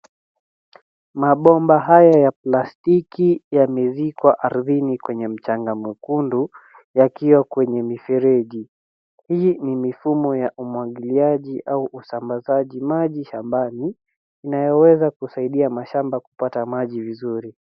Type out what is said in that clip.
Mabomba haya ya plastiki yamezikwa ardhini kwenye mchanga mwekundu, yakiwa kwenye mfereji. Hii ni mifumo ya umwagiliaji au usambazaji maji shambani inayoweza kusaidia mashamba kupata maji vizuri.